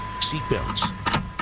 Seatbelts